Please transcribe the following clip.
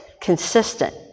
consistent